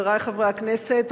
חברי חברי הכנסת,